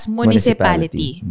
municipality